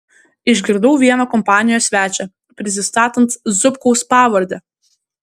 išgirdau vieną kompanijos svečią prisistatant zubkaus pavarde